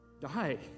Die